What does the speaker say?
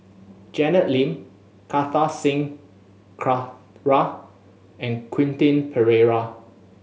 Janet Lim Kartar Singh Thakral and Quentin Pereira